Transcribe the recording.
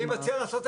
היום זה מועצת הרשות,